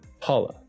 Paula